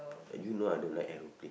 uh you know I don't like aeroplane